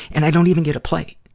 and i don't even get a plate,